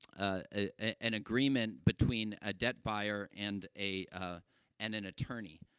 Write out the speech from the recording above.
ah, ah an agreement between a debt buyer and a, ah and an attorney,